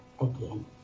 again